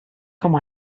com